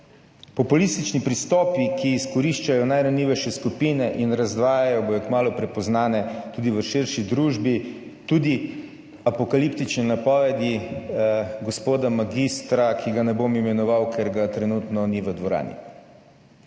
Populistični pristopi, ki izkoriščajo najranljivejše skupine in razdvajajo, bodo kmalu prepoznane tudi v širši družbi. Tudi apokaliptične napovedi gospoda magistra, ki ga ne bom imenoval, ker ga trenutno ni v dvorani.